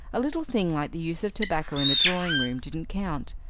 a little thing like the use of tobacco in the drawing-room didn't count.